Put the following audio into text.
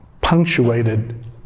punctuated